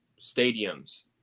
stadiums